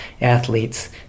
athletes